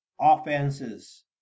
offenses